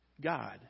God